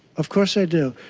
of course i did.